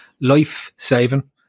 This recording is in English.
life-saving